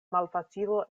malfacilo